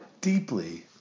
deeply